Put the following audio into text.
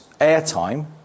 airtime